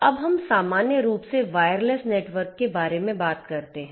अब जब हम सामान्य रूप से वायरलेस नेटवर्क के बारे में बात करते हैं